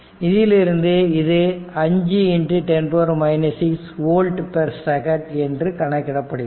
இதிலிருந்து இது 5106 volt second என்று கணக்கிடப்படுகிறது